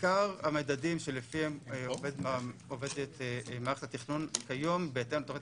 עיקר המדדים שלפיהם עובדת מערכת התכנון כיום היא בהתאם לתוכנית